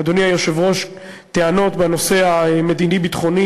אדוני היושב-ראש, טענות בנושא המדיני-ביטחוני.